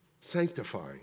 Sanctifying